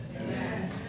Amen